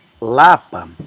Lapa